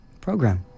program